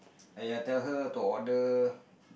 !aiya! tell her to order